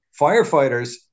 Firefighters